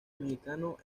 mexicano